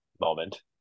moment